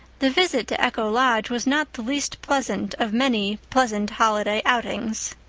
the visit to echo lodge was not the least pleasant of many pleasant holiday outings.